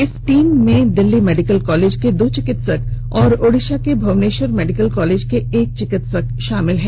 इस टीम में Delhi medical college के दो चिकित्सक और ओड़िसा के भुवनेश्वर मेडिकल कॉलेज के एक चिकित्सक शामिल हैं